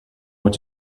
what